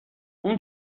اون